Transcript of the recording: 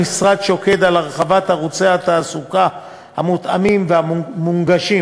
המשרד שוקד על הרחבת ערוצי התעסוקה המותאמים והמונגשים